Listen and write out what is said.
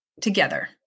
together